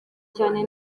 cyane